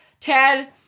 Ted